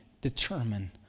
determine